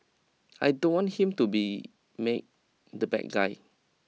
I don't want him to be made the bad guy